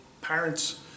parents